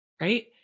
Right